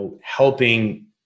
helping